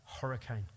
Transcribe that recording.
hurricane